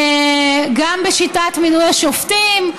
גם בשיטת מינוי השופטים.